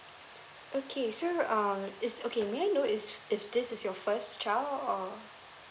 okay so um it's okay may I know is if this is your first child or